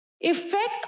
Effect